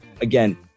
Again